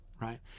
right